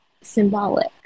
symbolic